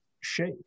shake